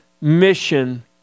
mission